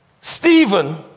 Stephen